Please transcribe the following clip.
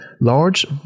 large